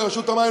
עם רשות המים,